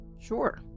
Sure